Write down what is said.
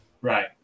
right